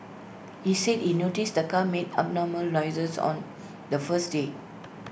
he said he noticed the car made abnormal noises on the first day